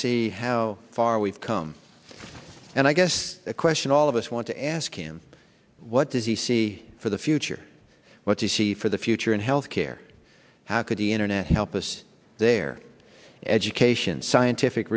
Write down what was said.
see how far we've come and i guess the question all of us want to ask him what does he see for the future what you see for the future in health care how could the internet help us there education scientific